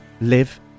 live